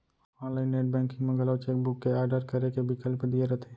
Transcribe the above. online net banking म घलौ cheque book के आडर करे के बिकल्प दिये रथे